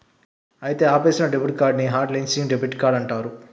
అయితే ఆపేసిన debit card ని హట్ లిస్సింగ్ డెబిట్ కార్డ్ అంటారు